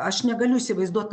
aš negaliu įsivaizduot